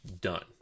done